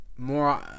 More